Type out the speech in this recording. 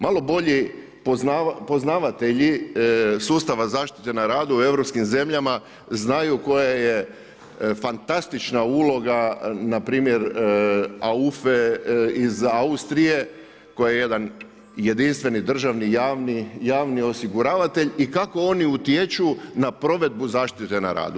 Malo bolji poznavatelji sustava zaštite na radu u europskim zemljama znaju koja je fantastična uloga npr. AUFA-e iz Austrije koja je jedan jedinstveni državni javni osiguravatelj i kako oni utječu na provedbu zaštite na radu.